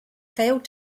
failed